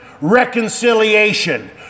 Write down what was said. reconciliation